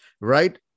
Right